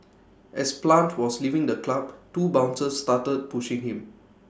as plant was leaving the club two bouncers started pushing him